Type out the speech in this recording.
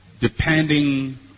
Depending